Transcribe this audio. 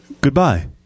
Goodbye